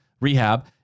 rehab